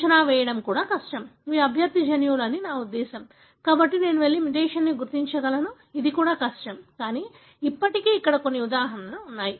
అంచనా వేయడం కూడా ఇవి అభ్యర్థి జన్యువులు అని నా ఉద్దేశ్యం కాబట్టి నేను వెళ్లి మ్యుటేషన్ను గుర్తించగలను ఇది కూడా కష్టం కానీ ఇప్పటికీ కొన్ని ఉదాహరణలు ఉన్నాయి